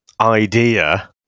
idea